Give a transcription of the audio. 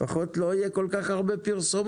לפחות לא יהיה כל כך הרבה פרסומות?